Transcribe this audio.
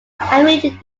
hamilton